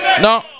No